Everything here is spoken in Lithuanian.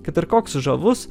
kad ir koks žavus